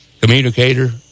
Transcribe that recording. communicator